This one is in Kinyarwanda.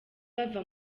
bava